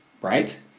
right